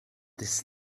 this